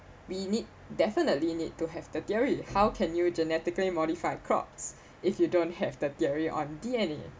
we need definitely need to have the theory how can you genetically modified crops if you don't have that theory on D_N_A